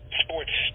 sports